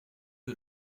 que